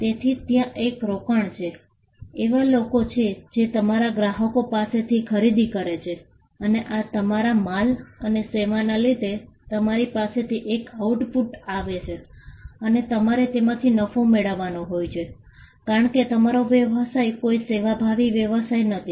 તેથી ત્યાં એક રોકાણ છે એવા લોકો છે જે તમારા ગ્રાહકો પાસેથી ખરીદી કરે છે અને આ તમારા માલ અથવા સેવાના લીધે તમારી પાસેથી એક આઉટપુટ આવે છે અને તમારે તેમાંથી નફો મેળવવાનો હોય છે કારણ કે તમારો વ્યવસાય કોઈ સેવાભાવી વ્યવસાય નથી